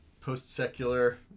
post-secular